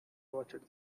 watched